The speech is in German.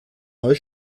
neu